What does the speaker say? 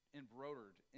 embroidered